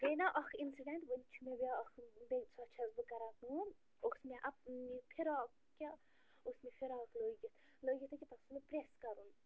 گٔے نا اکھ اِنسِٹنٛٹ وَنہِ چھُ مےٚ بیٛاکھ سۄ چھَس بہٕ کَران کٲم اوس مےٚ اکھ یہِ فِراک کیٛاہ اوس مےٚ فِراک لٲگِتھ لٲگِتھ نہٕ کیٚنٛہہ تَتھ اوس مےٚ پرٛٮ۪س کَرُن